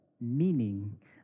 meaning